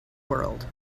world